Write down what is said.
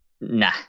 Nah